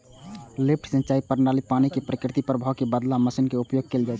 lift सिंचाइ प्रणाली मे पानि कें प्राकृतिक प्रवाहक बदला मशीनक उपयोग कैल जाइ छै